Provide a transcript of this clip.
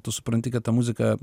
tu supranti kad ta muzika